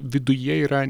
viduje yra